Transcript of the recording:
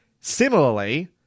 Similarly